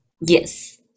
Yes